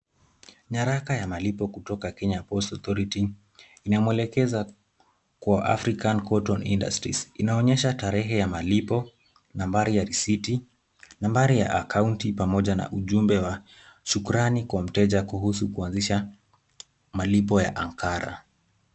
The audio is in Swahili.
Nyaraka ya malipo kutoka Kenya Ports Authority, inamwelekeza kwa African Court on Industries. Inaonyesha tarehe ya malipo, nambari ya risiti, nambari ya akaunti pamoja na ujumbe wa shukrani kwa mteja kuhusu kwanzisha malipo ya ankara.